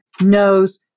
knows